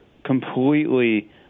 Completely